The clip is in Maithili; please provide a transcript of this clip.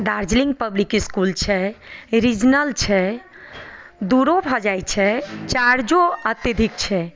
दार्जलिंग पब्लिक इस्कुल छै रीजनल छै दूरो भऽ जाइत छै चार्जो अत्यधिक छै